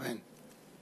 אמן.